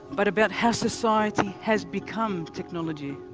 but about how society has become technology.